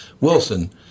Wilson